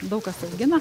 daug kas augina